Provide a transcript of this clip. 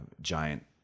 giant